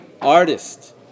artist